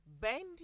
bend